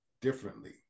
differently